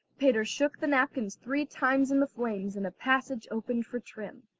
peter shook the napkins three times in the flames and a passage opened for trim.